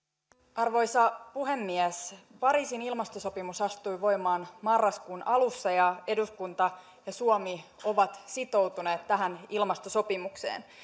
arvoisa puhemies pariisin ilmastosopimus astui voimaan marraskuun alussa ja eduskunta ja suomi ovat sitoutuneet tähän ilmastosopimukseen